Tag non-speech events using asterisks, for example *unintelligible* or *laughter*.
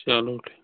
چلو *unintelligible*